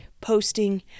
posting